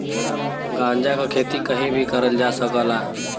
गांजा क खेती कहीं भी करल जा सकला